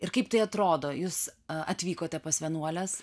ir kaip tai atrodo jūs atvykote pas vienuoles